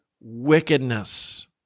wickedness